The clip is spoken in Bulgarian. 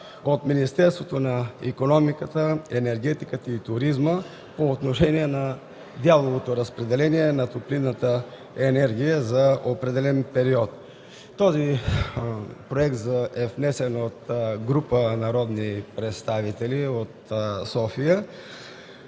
от Министерството на икономиката, енергетиката и туризма, по отношение на дяловото разпределение на топлинна енергия за определен период. Този проект е внесен от група народни представители от София.